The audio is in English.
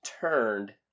turned